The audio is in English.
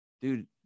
Dude